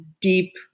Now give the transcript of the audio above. deep